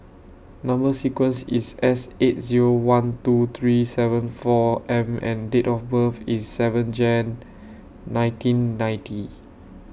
Number sequence IS S eight Zero one two three seven four M and Date of birth IS seven Jan nineteen ninety